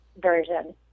version